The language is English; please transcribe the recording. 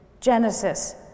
Genesis